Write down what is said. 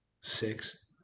six